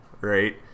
Right